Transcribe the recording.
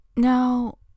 Now